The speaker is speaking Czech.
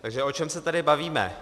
Takže o čem se tady bavíme?